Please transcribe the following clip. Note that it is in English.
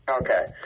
Okay